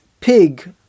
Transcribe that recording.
pig